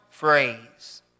phrase